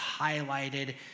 highlighted